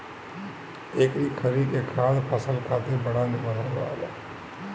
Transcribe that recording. एकरी खरी के खाद फसल खातिर बड़ा निमन रहेला